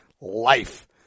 life